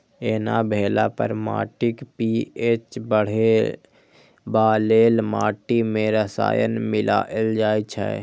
एना भेला पर माटिक पी.एच बढ़ेबा लेल माटि मे रसायन मिलाएल जाइ छै